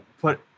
Put